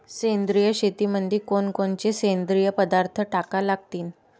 सेंद्रिय शेतीमंदी कोनकोनचे सेंद्रिय पदार्थ टाका लागतीन?